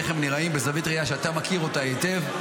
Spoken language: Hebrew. איך הם נראים מזווית ראייה שאתה מכיר אותה היטב,